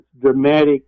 dramatic